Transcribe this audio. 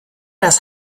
das